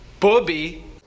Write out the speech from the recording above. Bobby